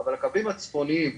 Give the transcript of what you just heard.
אבל הקווים הצפוניים,